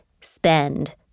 spend